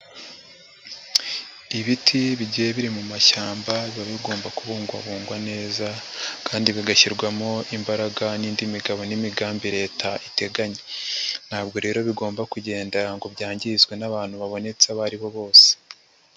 Ibiti bigiye biri mu mashyamba biba bigomba kubugwabungwa neza kandi bigashyirwamo imbaraga n'indi migabo n'imigambi leta iteganya. Ntabwo rero bigomba kugendera ngo byangizwe n'abantu babonetse abo aribo bose.